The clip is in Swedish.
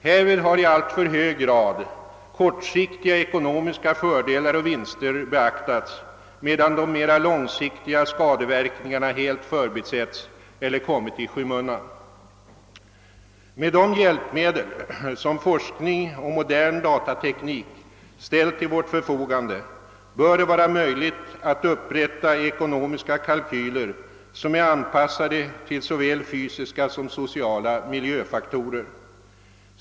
Härvid har i alltför hög grad kortsiktiga ekonomiska fördelar och vinster beaktats medan de mera långsiktiga <skadeverkningarna helt förbisetts eller kommit i skymundan. Med de hjälpmedel som forskning och modern datateknik ställt till vårt förfogande bör det emellertid vara möjligt att upprätta ekonomiska kalkyler som är anpassade till såväl fysiska som sociala miljöfaktorer.